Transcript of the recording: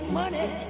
money